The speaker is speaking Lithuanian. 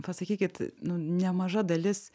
pasakykit nu nemaža dalis